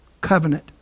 Covenant